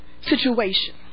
situation